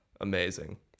Amazing